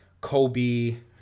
Kobe